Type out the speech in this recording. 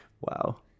Wow